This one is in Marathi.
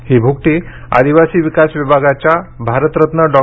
ही भुकटी आदिवासी विकास विभागाच्या भारतरत्न डॉ